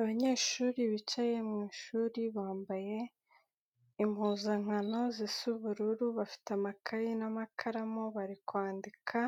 Abanyeshuri bicaye mu ishuri bambaye impuzankano zisa ubururu bafite amakaye n'amakaramu bari kwandika,